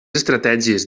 estratègies